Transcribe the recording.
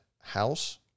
house